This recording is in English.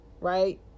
Right